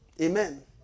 Amen